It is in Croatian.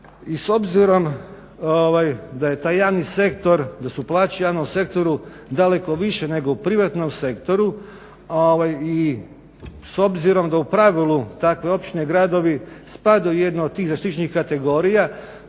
i s obzirom da su plaće u javnom sektoru daleko više u privatnom sektoru i s obzirom da u pravilu takve općine i gradovi spadaju u jednu od tih zaštićenih kategorija,